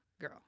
girl